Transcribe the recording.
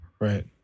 Right